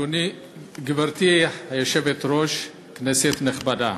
גברתי היושבת-ראש, כנסת נכבדה,